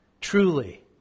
Truly